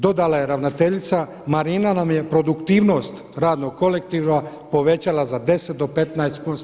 Dodala je ravnateljica, Marina nam je produktivnost radnog kolektiva povećala za 10 do 15%